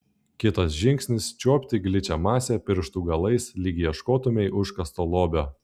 kitas žingsnis čiuopti gličią masę pirštų galais lyg ieškotumei užkasto lobio